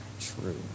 true